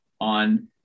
on